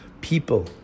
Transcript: people